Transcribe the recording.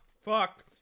Fuck